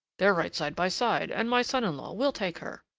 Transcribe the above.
they're right side by side, and my son-in-law will take her.